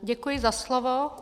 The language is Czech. Děkuji za slovo.